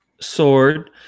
sword